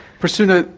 prasuna,